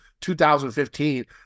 2015